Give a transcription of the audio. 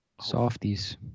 Softies